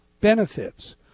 benefits